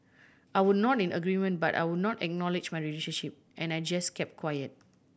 I would nod in agreement but I would not acknowledge my relationship and I just kept quiet